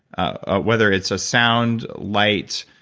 ah whether it's a sound, light,